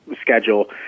schedule